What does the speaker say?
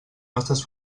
nostres